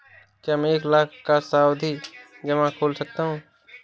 क्या मैं एक लाख का सावधि जमा खोल सकता हूँ?